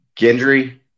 Gendry